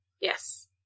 Yes